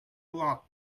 lot